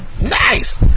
Nice